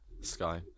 Sky